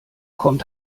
kommt